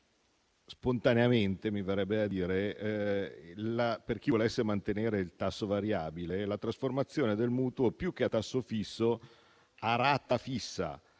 spontaneamente, mi verrebbe da dire - per chi volesse mantenere il tasso variabile, la trasformazione del mutuo a rata fissa, più che a tasso fisso.